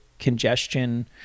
congestion